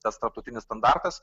tas tarptautinis standartas